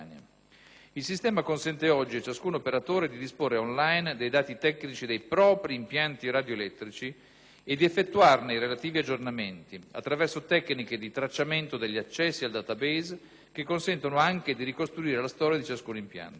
Il sistema consente oggi a ciascun operatore di disporre *on line* dei dati tecnici dei propri impianti radioelettrici e di effettuarne i relativi aggiornamenti, attraverso tecniche di tracciamento degli accessi al *database* che consentono anche di ricostruire la storia di ciascun impianto.